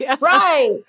right